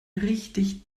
richtig